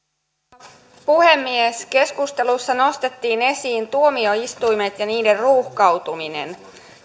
arvoisa puhemies keskustelussa nostettiin esiin tuomioistuimet ja niiden ruuhkautuminen